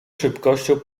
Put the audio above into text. szybkością